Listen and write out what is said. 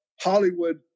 Hollywood